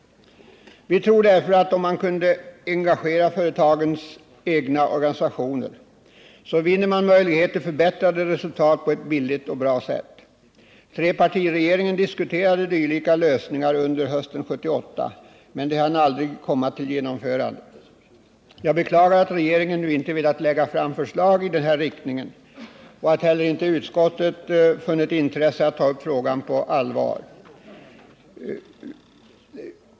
Vi tror därför att om man kan engagera företagens organisationer, så vinner man möjlighet till förbättrade resultat på ett billigt och bra sätt. Trepartiregeringen diskuterade dylika lösningar under hösten 1978, men tankarna hann aldrig komma till genomförande. Jag beklagar att regeringen nu inte velat lägga fram förslag i denna riktning och att inte heller utskottet funnit intresse av att ta upp frågan på allvar.